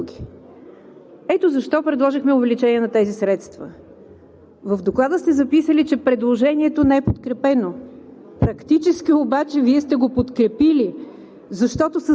извънболничната част на предлаганите услуги, ето защо предложихме увеличение на тези средства. В Доклада сте записали, че предложението не е подкрепено.